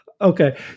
Okay